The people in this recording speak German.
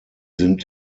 sind